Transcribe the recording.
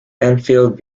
enfield